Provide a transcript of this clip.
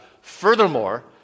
Furthermore